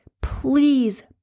please